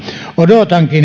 odotankin